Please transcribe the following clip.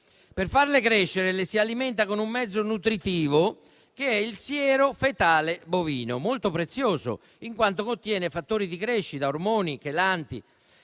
Per farle crescere, le si alimenta con un mezzo nutritivo, che è il siero fetale bovino, molto prezioso, in quanto contiene fattori di crescita, ormoni e chelanti.